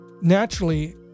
naturally